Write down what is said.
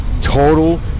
total